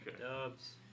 dubs